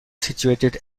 situated